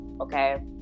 okay